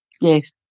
yes